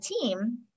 team